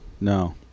no